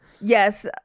Yes